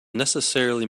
necessarily